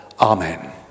Amen